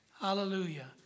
hallelujah